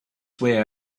way